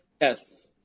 Yes